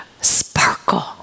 sparkle